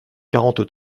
quarante